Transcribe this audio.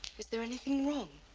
is there anything wrong?